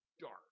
dark